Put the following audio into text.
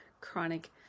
chronic